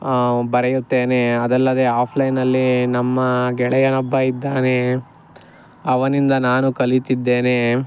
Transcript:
ಬರೆಯುತ್ತೇನೆ ಅದಲ್ಲದೇ ಆಫ್ಲೈನಲ್ಲಿ ನಮ್ಮ ಗೆಳೆಯನೊಬ್ಬ ಇದ್ದಾನೆ ಅವನಿಂದ ನಾನು ಕಲಿತಿದ್ದೇನೆ